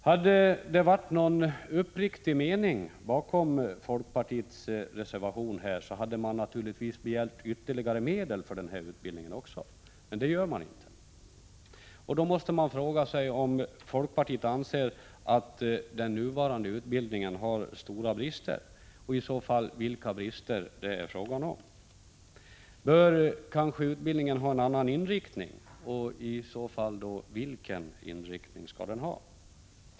Hade det funnits någon uppriktig mening bakom folkpartiets reservation, hade man naturligtvis också begärt ytterligare medel för denna utbildning. Men det gör man inte. Vi måste då fråga oss om folkpartiet anser att den nuvarande utbildningen har stora brister och vilka brister det i så fall är fråga om. Bör utbildningen kanske ha en annan inriktning, och i så fall vilken?